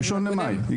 ב-1 למאי.